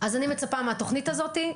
אני מצפה מהתוכנית הזאת,